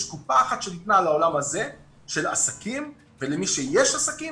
יש קופה אחת שניתנה לעולם הזה של עסקים ולמי שיש עסקים,